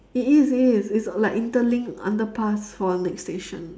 it is is it's like interlinked underpass for the next station